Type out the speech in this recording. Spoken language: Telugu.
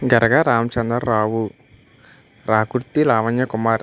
గరగ రామచందర్ రావు రాకుర్తి లావణ్య కుమార్